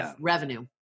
revenue